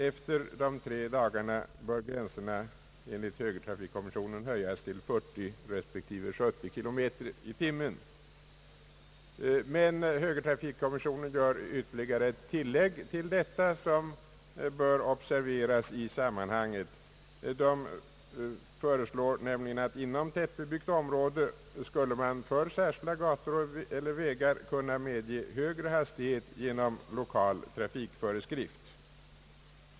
Efter dessa tre dygn bör hastighetsgränserna enligt högertrafikkommissionen höjas till 40 respektive 70 kilometer i timmen. Högertrafikkommissionen gör dock ytterligare ett tillägg till detta, vilket bör observeras i sammanhanget. Högertrafikkommissionen föreslår nämligen att man inom tätbebyggt område för särskilda gator och vägar skall kunna medge högre hastighet genom lokal trafikföreskrift.